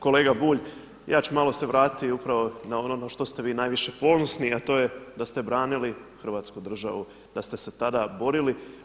Kolega Bulj, ja ću malo se vratiti upravo na ono na što ste vi najviše ponosni, a to je da ste branili Hrvatsku državu, da ste se tada borili.